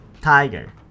tiger